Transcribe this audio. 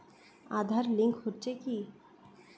Aadhaar link হচ্ছে কি?